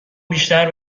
بیشتر